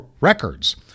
records